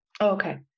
Okay